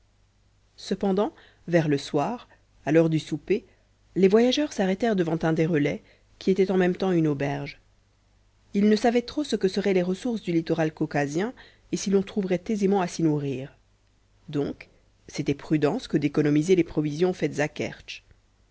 cependant vers le soir à l'heure du souper les voyageurs s'arrêtèrent devant un des relais qui était en même temps une auberge ils ne savaient trop ce que seraient les ressources du littoral caucasien et si l'on trouverait aisément a s'y nourrir donc c'était prudence que d'économiser les provisions faites